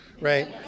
right